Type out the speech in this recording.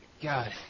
God